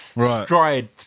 stride